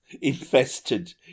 infested